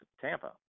Tampa